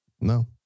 No